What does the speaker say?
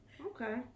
Okay